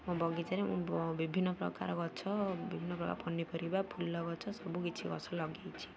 ମୋ ବଗିଚାରେ ମୁଁ ବିଭିନ୍ନ ପ୍ରକାର ଗଛ ବିଭିନ୍ନ ପ୍ରକାର ପନିପରିବା ଫୁଲ ଗଛ ସବୁ କିଛି ଗଛ ଲଗେଇଛି